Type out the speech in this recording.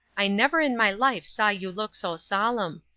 i never in my life saw you look so solemn.